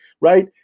right